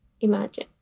imagine